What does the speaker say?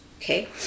okay